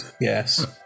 Yes